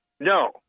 No